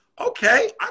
okay